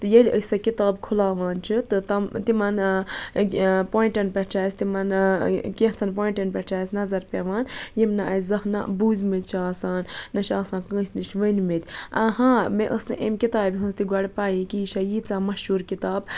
تہٕ ییٚلہِ أسۍ سۄ کِتاب کھُلاوان چھِ تۄتام تِمَن پویِنٛٹَن پٮ۪ٹھ چُھ اَسہِ تِمَن کینٛہہ ژَن پویِنٛٹَن پٮ۪ٹھ چِھ اَسہِ نَظَر پیٚوان یِم نہٕ اَسہِ زانٛہہ نہَ بوٗزمٕتۍ چھِ آسان نہَ چھ آسان کٲنٛسہِ نِش ؤنمٕتۍ ہاں مےٚ ٲسۍ نہٕ امہ کِتابہ ہٕنٛز تہِ گۄڈٕ پَیی کہِ یہِ چھَ ییٖژاہ مَشہور کِتاب